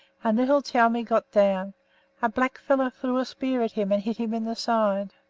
and little tommy got down a blackfellow threw a spear at him, and hit him in the side